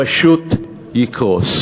הוא פשוט יקרוס.